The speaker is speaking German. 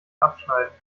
abschneiden